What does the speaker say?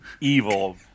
evil